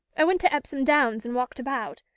i went to epsom downs and walked about,